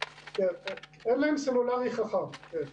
אין להם סלולרי חכם, כן.